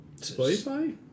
Spotify